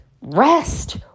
rest